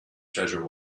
treasure